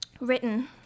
Written